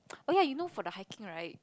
oh yeah you know for the hiking right